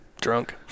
drunk